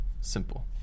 simple